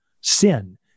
sin